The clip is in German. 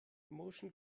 motion